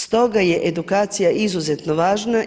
Stoga je edukacija izuzetno važna.